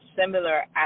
similar